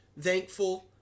thankful